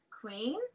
Queen